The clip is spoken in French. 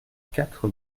quatre